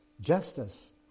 Justice